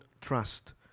trust